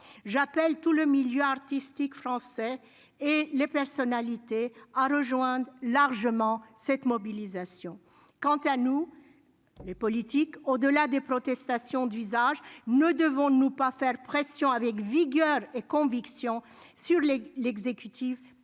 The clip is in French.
j'appelle tout le milieu artistique français et les personnalités à rejoindre largement cette mobilisation quant à nous, les politiques au-delà des protestations d'usage ne devons-nous pas faire pression avec vigueur et conviction sur les l'exécutif pour